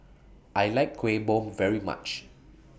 I like Kueh Bom very much